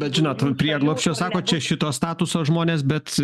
bet žinot prieglobsčio sako čia šito statuso žmonės bet